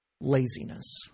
laziness